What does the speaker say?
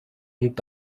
und